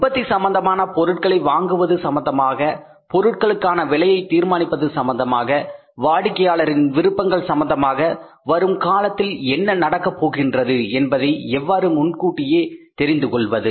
உற்பத்தி சம்பந்தமாக பொருட்களை வாங்குவது சம்பந்தமாக பொருட்களுக்கான விலையை தீர்மானிப்பது சம்பந்தமாக வாடிக்கையாளரின் விருப்பங்கள் சம்பந்தமாக வரும் காலத்தில் என்ன நடக்கப் போகின்றது என்பதை எவ்வாறு முன்கூட்டியே தெரிந்து கொள்வது